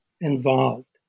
involved